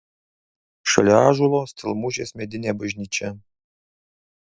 šalia ąžuolo stelmužės medinė bažnyčia